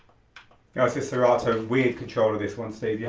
you know so serato, weird control of this one steve, yeah